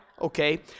Okay